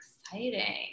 exciting